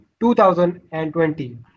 2020